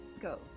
go